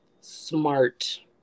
smart